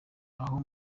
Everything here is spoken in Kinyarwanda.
aho